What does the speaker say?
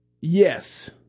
Yes